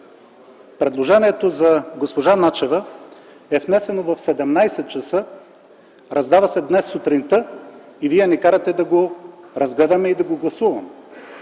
предложението за госпожа Начева е внесено в 17,00 ч., раздава се днес сутринта и вие ни карате да го разгледаме и да го гласуваме.